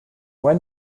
when